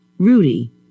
Rudy